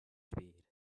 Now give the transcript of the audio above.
speed